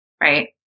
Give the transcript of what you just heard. right